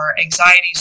anxieties